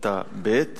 לכיתה ב'